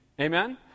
Amen